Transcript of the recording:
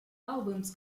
albums